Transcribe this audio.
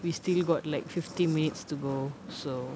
we still got like fifty minutes to go so